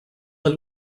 that